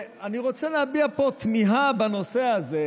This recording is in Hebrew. אני רוצה להביע פה תמיהה בנושא הזה,